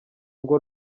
ngo